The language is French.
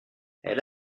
elle